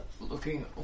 looking